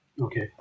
Okay